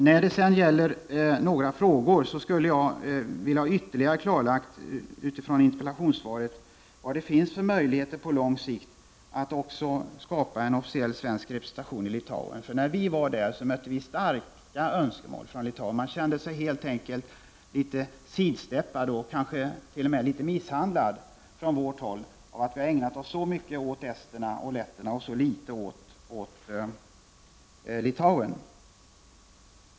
Jag skulle med utgångspunkt i vad som sägs i interpellationen vilja ha ytterligare klarlagt vilka möjligheter man har att på lång sikt skapa en officiell svensk representation i Litauen. Vi mötte där starka önskemål. Litauerna kände sig helt enkelt sidsteppade och kanske t.o.m. litet misshandlade av oss, eftersom vi har ägnat oss så mycket åt esterna och letterna och så litet åt litauerna.